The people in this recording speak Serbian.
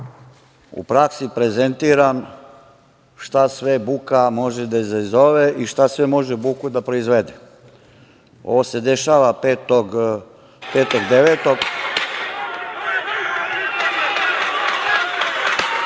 u praksi prezentiram šta sve buka može da izazove i šta sve može buku da proizvede. Ovo se dešava 5.